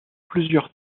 plusieurs